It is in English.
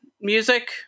music